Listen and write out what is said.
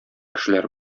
кешеләр